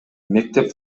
мектеп